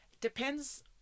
Depends